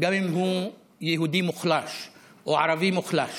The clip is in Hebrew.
גם אם הוא יהודי מוחלש או ערבי מוחלש.